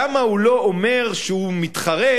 למה הוא לא אומר שהוא מתחרט,